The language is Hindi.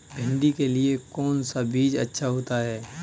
भिंडी के लिए कौन सा बीज अच्छा होता है?